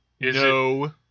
No